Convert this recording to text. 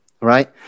right